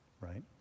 Right